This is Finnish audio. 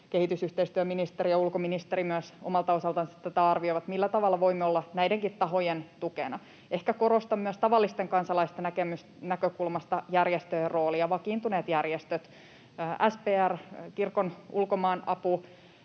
kehitysyhteistyöministeri ja ulkoministeri myös omalta osaltansa tätä arvioivat, millä tavalla voimme olla näidenkin tahojen tukena. Ehkä korostan myös tavallisten kansalaisten näkökulmasta järjestöjen roolia, vakiintuneita järjestöjä. SPR, Kirkon Ulkomaanapu,